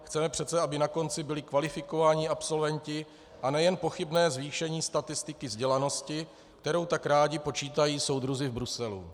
Chceme přece, aby na konci byli kvalifikovaní absolventi a ne jen pochybné zvýšení statistiky vzdělanosti, kterou tak rádi počítají soudruzi v Bruselu.